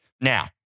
Now